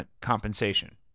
compensation